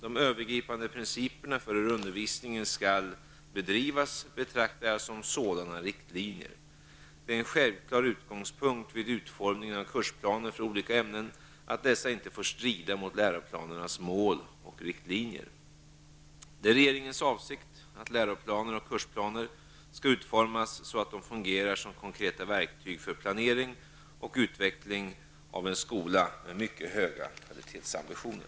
De övergripande principerna för hur undervisningen skall bedrivas betraktar jag som sådana riktlinjer. Det är en självklar utgångspunkt vid utformningen av kursplaner för olika ämnen att dessa inte får strida mot läroplanernas mål och riktlinjer. Det är regeringens avsikt att läroplaner och kursplaner skall utformas så att de fungerar som konkreta verktyg för planering och utveckling av en skola med mycket höga kvalitetsambitioner.